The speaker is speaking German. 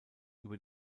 über